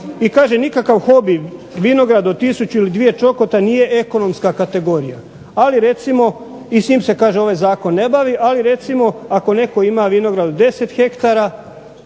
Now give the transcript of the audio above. i kaže nikakav hobi vinograd ili tisuću ili dvije čokota nije ekonomska kategorija i s njim se ovaj zakon ne bavi. Ali recimo ak netko ima vinograd 10 hektara